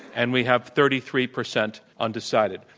and we have thirty three percent undecided.